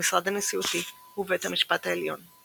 המשרד הנשיאותי ובית המשפט העליון.